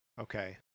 Okay